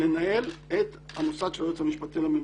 לנהל את המוסד של היועץ המשפטי לממשלה,